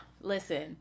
listen